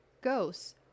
ghosts